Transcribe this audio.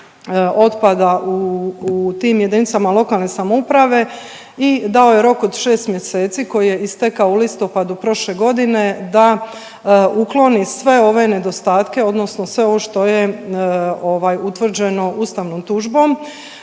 otpada u tim jedinicama lokalne samouprave i dao je rok od 6 mjeseci koji je istekao u listopadu prošle godine da ukloni sve one nedostatke odnosno sve ovo što je ovaj, utvrđeno ustavnom tužbom.